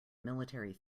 military